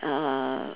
err